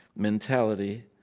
mentality,